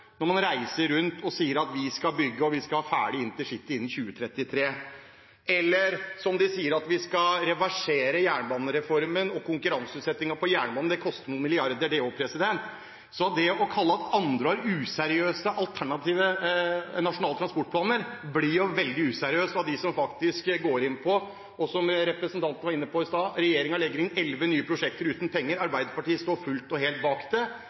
når man reiser rundt og sier at man skal bygge og ha ferdig intercity innen 2033. Eller, som man sier, at man skal reversere jernbanereformen og konkurranseutsettingen på jernbanen. Det koster noen milliarder, det også. Det å si at andre har useriøse alternative nasjonale transportplaner, blir veldig useriøst av dem som faktisk går inn for det. Som representanten var inne på i stad, legger regjeringen inn elleve nye prosjekter uten penger, og Arbeiderpartiet står fullt og helt bak det.